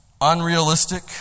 unrealistic